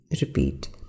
repeat